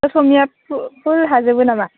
असमिया फुल हाजोबो नामा